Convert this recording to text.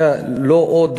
הם לא עוד